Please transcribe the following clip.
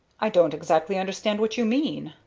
i don't exactly understand what you mean,